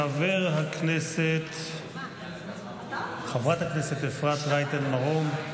חברת הכנסת אפרת רייטן מרום,